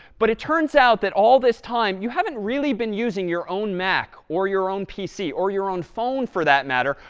but it turns out that all this time you haven't really been using your own mac or your own pc or your own phone, for that matter,